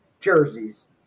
jerseys